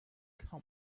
kaum